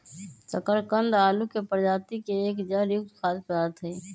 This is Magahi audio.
शकरकंद आलू के प्रजाति के एक जड़ युक्त खाद्य पदार्थ हई